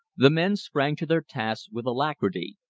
the men sprang to their tasks with alacrity,